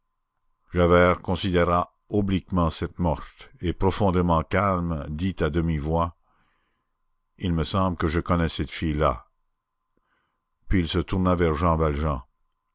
javert considéra obliquement cette morte et profondément calme dit à demi-voix il me semble que je connais cette fille-là puis il se tourna vers jean valjean